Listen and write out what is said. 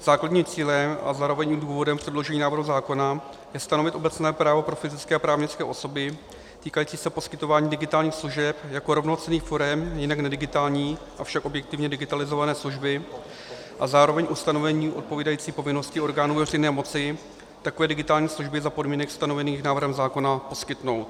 Základním cílem a zároveň důvodem k předložení návrhu zákona je stanovit obecné právo pro fyzické a právnické osoby týkající se poskytování digitálních služeb jako rovnocenných forem jinak nedigitální, avšak objektivně digitalizované služby, a zároveň ustanovení odpovídající povinnosti orgánů veřejné moci takové digitální služby za podmínek stanovených návrhem zákona poskytnout.